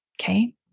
Okay